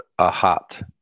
Ahat